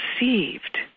received